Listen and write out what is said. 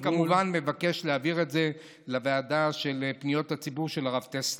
אני כמובן מבקש להעביר את זה לוועדה לפניות הציבור של הרב טסלר.